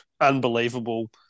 unbelievable